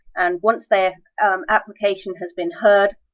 and once their um application has been heard,